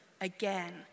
again